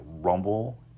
Rumble